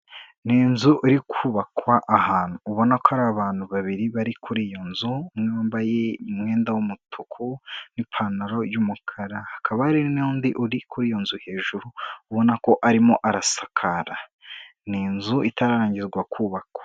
Ni inzu iri kubakwa ahantu ubona ko ari abantu babiri bari kuri iyo nzu, umwe wambaye umwenda w'umutuku n'ipantaro y'umukara, hakaba ari n'undi uri kuri iyo nzu hejuru ubona ko arimo arasakara ni inzu itararange kubakwa.